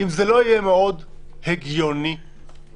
אם זה לא יהיה מאוד הגיוני וברור,